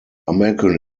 american